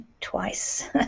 twice